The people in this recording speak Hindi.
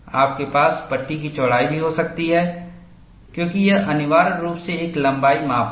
आपके पास पट्टी की चौड़ाई भी हो सकती है क्योंकि यह अनिवार्य रूप से एक लंबाई माप है